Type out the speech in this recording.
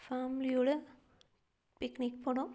ஃபேம்லியோடய picnic போனோம்